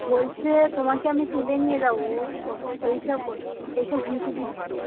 বলছে তোমাকে আমি তুলে নিয়ে যাবো এই সব এই সব হুমকি দিচ্ছে